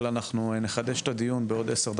אבל אנחנו נחדש את הדיון בעוד עשר דקות,